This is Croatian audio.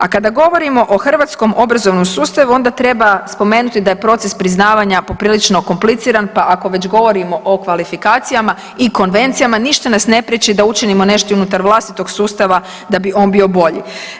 A kada govorimo o hrvatskom obrazovnom sustavu onda treba spomenuti da je proces priznavanja poprilično kompliciran pa ako već govorimo o kvalifikacijama i konvencijama ništa nas ne prijeći da učinimo nešto i unutar vlastitog sustava da bi on bio bolji.